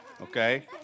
okay